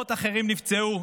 מאות אחרים נפצעו,